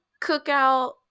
cookout